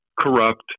corrupt